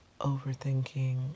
overthinking